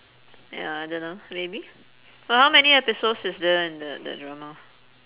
ya I don't know maybe but how many episodes is there in that that drama